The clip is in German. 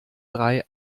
drei